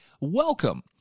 welcome